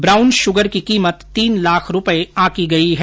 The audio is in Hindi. ब्राउन शूगर की कीमत तीन लाख रूपये आंकी गई है